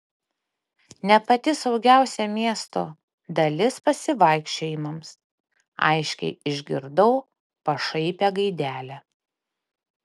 ne pati saugiausia miesto dalis pasivaikščiojimams aiškiai išgirdau pašaipią gaidelę